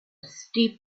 steep